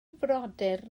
frodyr